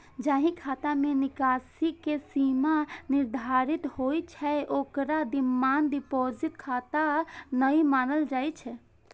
जाहि खाता मे निकासी के सीमा निर्धारित होइ छै, ओकरा डिमांड डिपोजिट खाता नै मानल जाइ छै